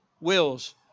wills